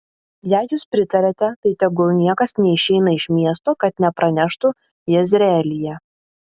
jei jūs pritariate tai tegul niekas neišeina iš miesto kad nepraneštų jezreelyje